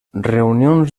reunions